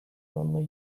only